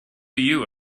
you